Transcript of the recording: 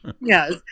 Yes